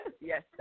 Yes